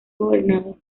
gobernado